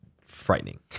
frightening